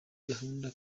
gahunda